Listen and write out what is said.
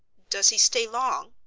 does he stay long?